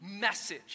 message